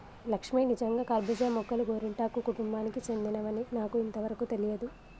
లక్ష్మీ నిజంగా కర్బూజా మొక్కలు గోరింటాకు కుటుంబానికి సెందినవని నాకు ఇంతవరకు తెలియదు